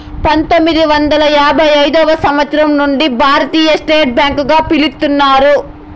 పంతొమ్మిది వందల యాభై ఐదు సంవచ్చరం నుండి భారతీయ స్టేట్ బ్యాంక్ గా పిలుత్తున్నారు